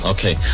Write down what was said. Okay